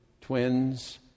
twins